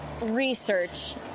research